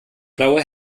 blaue